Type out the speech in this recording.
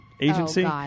agency